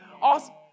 Awesome